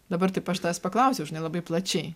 dabar taip aš tavęs paklausiau žinai labai plačiai